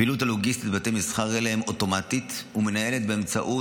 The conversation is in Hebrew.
הפעילות הלוגיסטית בבתי מסחר אלה היא אוטומטית ומנוהלת באמצעות